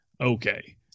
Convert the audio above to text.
Okay